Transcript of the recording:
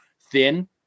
thin